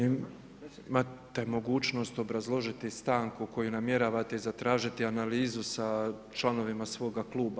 Imate mogućnost obrazložiti stanku koju namjeravate zatražiti za analizu sa članovima svoga kluba.